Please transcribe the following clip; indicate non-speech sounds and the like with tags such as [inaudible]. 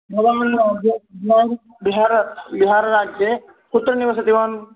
भवान् [unintelligible] बिहारे बिहारराज्ये कुत्र निवसति भवान्